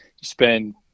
spend